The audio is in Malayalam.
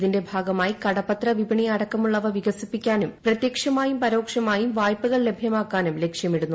ഇതിന്റെ ഭാഗമായി കടപ്പത്ര വിപണി അടക്കമുള്ളവ വികസിപ്പിക്കാനും പ്രതൃക്ഷമായും പരോക്ഷമായും വായ്പകൾ ലഭൃമാക്കാനും ലക്ഷ്യമിടുന്നു